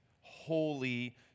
holy